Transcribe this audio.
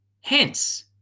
Hence